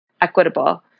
equitable